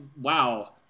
wow